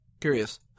Curious